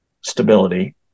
stability